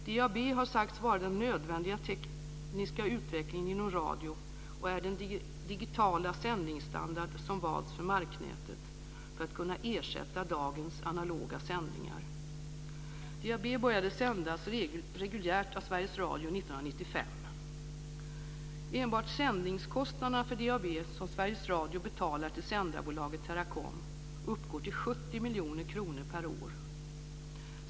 DAB har sagts vara den nödvändiga tekniska utvecklingen inom radio, och det är den digitala sändningsstandard som valts för marknätet för att ersätta dagens analoga sändningar. DAB började sändas reguljärt av Sveriges Radio 1995. Enbart sändningskostnaderna för DAB som Sveriges Radio betalar till sändarbolaget Teracom uppgår till 70 miljoner kronor per år.